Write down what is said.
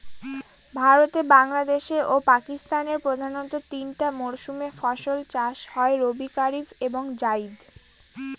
ভারতে বাংলাদেশে ও পাকিস্তানে প্রধানত তিনটা মরসুমে ফাসল চাষ হয় রবি কারিফ এবং জাইদ